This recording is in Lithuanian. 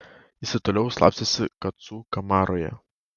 jis ir toliau slapstėsi kacų kamaroje